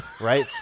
right